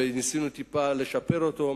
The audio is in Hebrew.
וניסינו טיפה לשפר אותו.